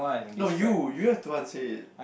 no you you have to answer it